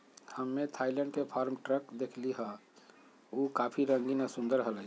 हम्मे थायलैंड के farm truck देखली हल, ऊ काफी रंगीन और सुंदर हलय